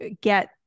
get